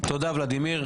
תודה ולדימיר.